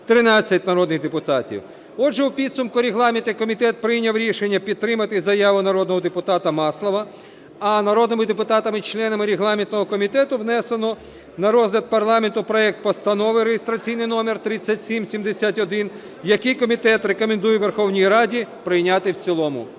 13 народних депутатів. Отже, у підсумку регламентний комітет прийняв рішення підтримати заяву народного депутата Маслова, а народними депутатами членами регламентного комітету внесено на розгляд парламенту проект Постанови (реєстраційний номер 3771), який комітет рекомендує Верховній Раді прийняти в цілому.